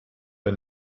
der